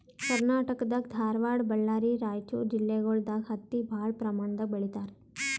ಕರ್ನಾಟಕ್ ದಾಗ್ ಧಾರವಾಡ್ ಬಳ್ಳಾರಿ ರೈಚೂರ್ ಜಿಲ್ಲೆಗೊಳ್ ದಾಗ್ ಹತ್ತಿ ಭಾಳ್ ಪ್ರಮಾಣ್ ದಾಗ್ ಬೆಳೀತಾರ್